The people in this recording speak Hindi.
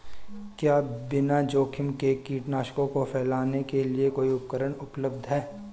क्या बिना जोखिम के कीटनाशकों को फैलाने के लिए कोई उपकरण उपलब्ध है?